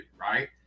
right